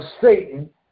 Satan